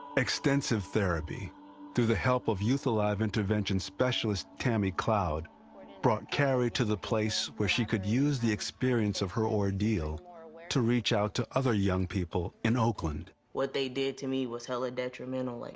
extensive therapy through the help of youth alive! intervention specialist tammy cloud brought caheri to the place where she could use the experience of her ordeal to reach out to other young people in oakland. what they did to me was hella detrimental. like